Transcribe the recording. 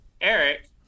eric